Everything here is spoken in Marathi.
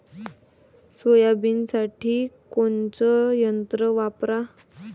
सोयाबीनसाठी कोनचं यंत्र वापरा?